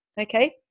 Okay